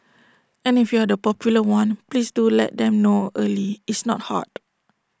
and if you're the popular one please do let them know early it's not hard